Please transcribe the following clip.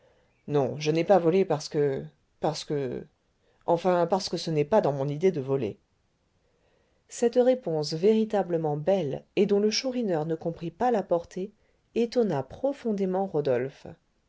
non je n'ai pas volé parce que parce que enfin parce que ce n'est pas dans mon idée de voler cette réponse véritablement belle et dont le chourineur ne comprit pas la portée étonna profondément rodolphe